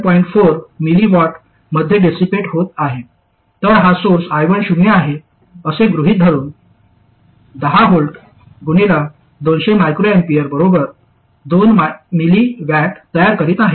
4 mW मध्ये dissipate होत आहे तर हा सोर्स I1 शून्य आहे असे गृहित धरून 10 V 200 µA 2 mW तयार करीत आहे